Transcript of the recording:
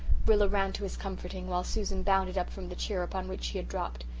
rilla ran to his comforting, while susan bounded up from the chair upon which she had dropped.